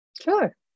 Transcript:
sure